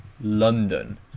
London